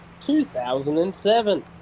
2007